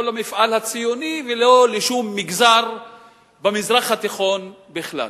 לא למפעל הציוני ולא לשום מגזר במזרח התיכון בכלל.